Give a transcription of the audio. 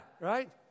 right